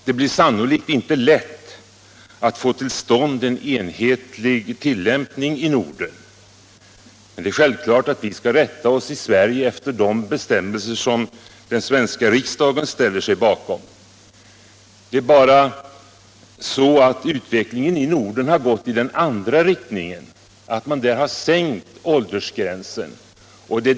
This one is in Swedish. Det blir sannolikt inte lätt att få till stånd en enhetlig tillämpning i Norden. Men det är självklart att vi i Sverige skall rätta oss efter de bestämmelser den svenska riksdagen ställt sig bakom. Det är bara så att utvecklingen i övriga Norden har gått i den andra riktningen: man har sänkt åldersgränsen.